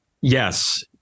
yes